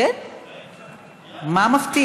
אינה נוכחת.